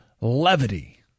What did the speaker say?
levity